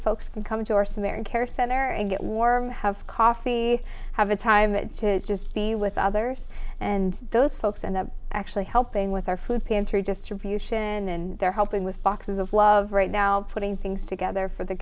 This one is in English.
folks can come to our summer and care center and get warm have coffee have a time to just be with others and those folks and actually helping with our food pantry distribution and they're helping with boxes of love right now putting things together for the